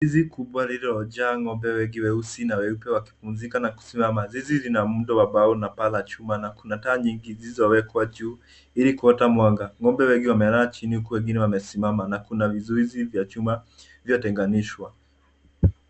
Zizi kubwa lililojaa ng'ombe wengi weusi na weupe wakipumzika na kusimama. Zizi lina muundo ambo lina paa la chuma na kuna taa nyingi zilizowekwa juu ili kuleta mwanga. Ng'ombe wengi wamelala chini huku wengine wamesimama na kuna vizuizi vya chuma vilivyotenganishwa.